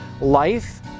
Life